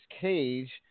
Cage